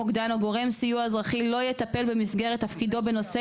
מוקדן או גורם סיוע אזרחי לא יטפל במסגרת תפקידו בנושא